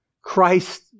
Christ